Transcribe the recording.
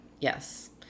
yes